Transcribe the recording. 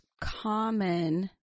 common